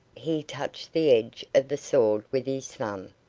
he touched the edge of the sword with his thumb,